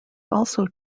also